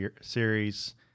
series